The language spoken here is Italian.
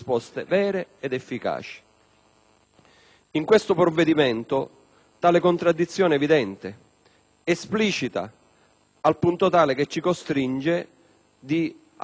In questo provvedimento tale contraddizione è evidente, esplicita, al punto tale che ci costringe ad assumere un voto contrario.